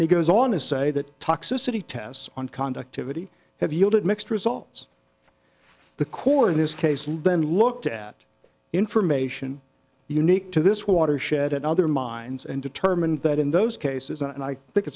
and he goes on to say that toxicity tests on conductivity have yielded mixed results the core of his case and then looked at information unique to this watershed and other mines and determined that in those cases and i think